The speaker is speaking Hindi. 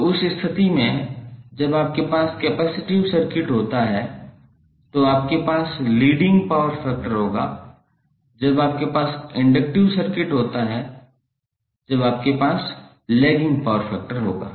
तो उस स्थिति में जब आपके पास कैपेसिटिव सर्किट होता है तो आपके पास लीडिंग पावर फैक्टर होगा जब आपके पास इंडक्टिव सर्किट होता है जब आपके पास लैगिंग पावर फैक्टर होगा